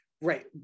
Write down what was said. right